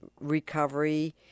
recovery